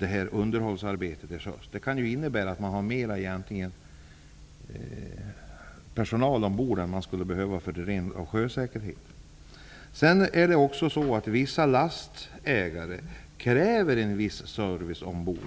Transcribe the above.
när underhållsarbete genomförs till sjöss? Det kan ju innebära att man har mer personal ombord än man skulle behöva av rena sjösäkerhetsskäl. Vissa lastägare kräver en viss service ombord.